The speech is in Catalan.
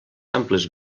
amplis